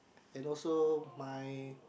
and also my